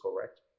correct